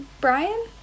Brian